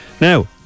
Now